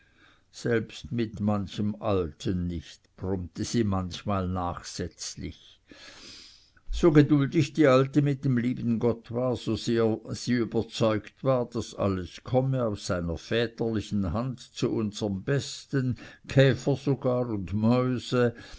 selbst mit manchem alten nicht brummte sie manchmal nachsätzlich so geduldig die alte mit dem lieben gott war so sehr sie überzeugt war daß alles komme aus seiner väterlichen hand zu unserm besten käfer sogar und mäuse